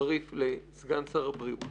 חריף לסגן שר הבריאות